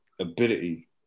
ability